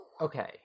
okay